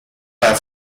para